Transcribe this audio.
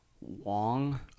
Wong